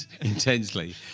intensely